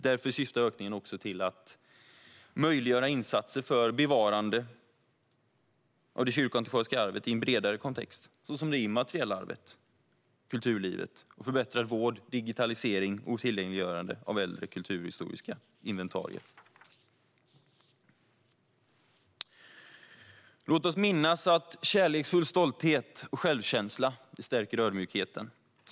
Därför syftar ökningen också till att möjliggöra insatser för bevarande av det kyrkoantikvariska arvet i en bredare kontext såsom det immateriella arvet, kulturlivet samt förbättrad vård, digitalisering och tillgängliggörande av äldre kulturhistoriska inventarier. Låt oss minnas att kärleksfull stolthet och självkänsla stärker ödmjukheten.